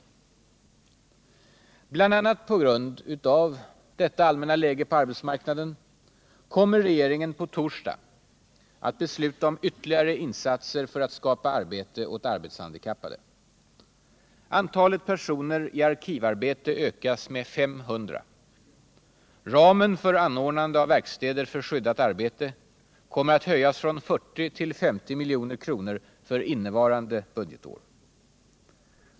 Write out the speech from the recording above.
Bl. a. på grund av detta allmänna läge på arbetsmarknaden kommer regeringen på torsdag att besluta om ytterligare insatser för att skapa arbete åt arbetshandikappade. Antalet personer i arkivarbete ökas med 500. Ramen för anordnande av verkstäder med skyddat arbete kommer att höjas från 40 till 50 milj.kr. för innevarande budgetår.